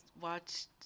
watched